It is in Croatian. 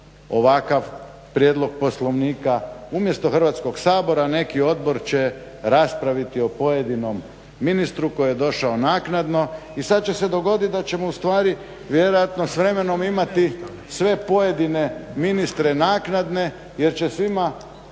ovakav prijedlog Poslovnika, umjesto Hrvatskog sabora neki odbor će raspraviti o pojedinom ministru koji je došao naknadno. I sad će se dogoditi da ćemo ustvari vjerojatno s vremenom imati sve pojedine ministre naknadne jer će svima